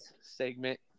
segment